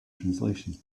translation